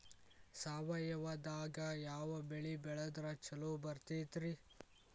ಸಾವಯವದಾಗಾ ಯಾವ ಬೆಳಿ ಬೆಳದ್ರ ಛಲೋ ಬರ್ತೈತ್ರಿ?